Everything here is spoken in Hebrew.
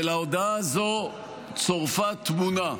ולהודעה הזו צורפה תמונה.